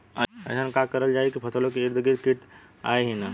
अइसन का करल जाकि फसलों के ईद गिर्द कीट आएं ही न?